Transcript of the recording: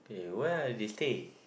where are they stay